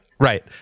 Right